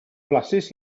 flasus